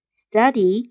,study